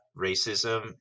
racism